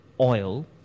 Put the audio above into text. oil